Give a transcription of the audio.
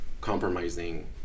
compromising